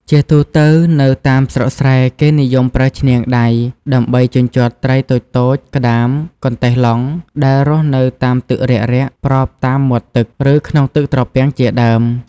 ជាទូទៅនៅតាមស្រុកស្រែ គេនិយមប្រើឈ្នាងដៃ ដើម្បីជញ្ជាត់ត្រីតូចៗ ក្ដាម កន្តេះឡង់ ដែលរស់នៅតាមទឹករាក់ៗប្របតាមមាត់ទឹក ឬក្នុងទឹកត្រពាំងជាដើម។